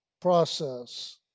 process